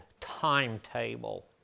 timetable